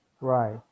right